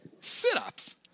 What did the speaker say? Sit-ups